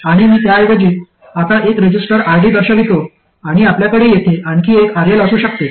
आणि मी त्याऐवजी आता एक रेझिस्टर RD दर्शवितो आणि आपल्याकडे येथे आणखी एक RL असू शकते